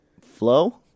Flow